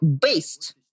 based